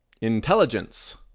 Intelligence